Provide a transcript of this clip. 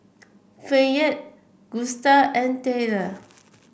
Fayette Gusta and Tayler